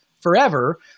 forever